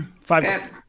five